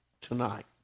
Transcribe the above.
tonight